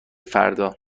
فردا